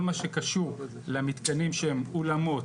כל מה שקשור למתקנים שהם אולמות,